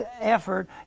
effort